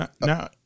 Now